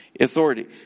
Authority